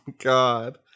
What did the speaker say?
god